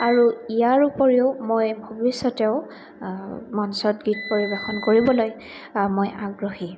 আৰু ইয়াৰ উপৰিও মই ভৱিষ্যতেও মঞ্চত গীত পৰিৱেশন কৰিবলৈ মই আগ্ৰহী